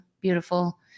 Beautiful